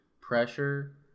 pressure